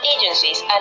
agencies